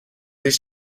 these